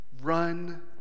Run